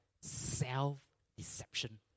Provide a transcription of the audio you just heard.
self-deception